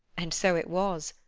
and so it was!